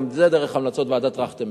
גם זה דרך המלצות ועדת-טרכטנברג,